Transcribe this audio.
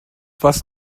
was